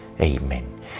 amen